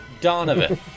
Donovan